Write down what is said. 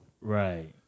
Right